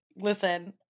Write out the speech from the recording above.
Listen